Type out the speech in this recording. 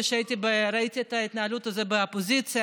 כשראיתי את ההתנהלות הזו באופוזיציה,